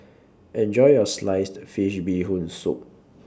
Enjoy your Sliced Fish Bee Hoon Soup